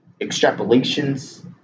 extrapolations